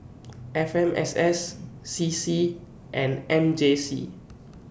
F M S S C C and M J C